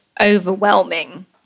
overwhelming